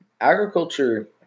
agriculture